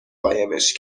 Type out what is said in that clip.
قایمش